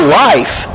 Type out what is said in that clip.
life